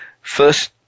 first